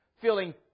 feeling